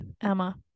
Emma